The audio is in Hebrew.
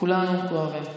כולנו כואבים.